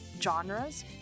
genres